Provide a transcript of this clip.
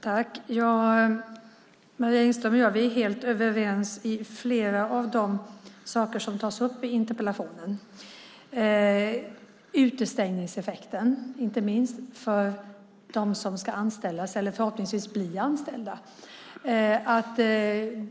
Herr talman! Marie Engström och jag är helt överens i flera av de saker som tas upp i interpellationen. Det gäller inte minst utestängningseffekten för de som ska anställas eller förhoppningsvis bli anställda.